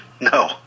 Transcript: No